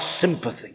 sympathy